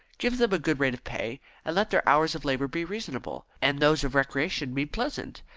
give them a good rate of pay, and let their hours of labour be reasonable, and those of recreation be pleasant.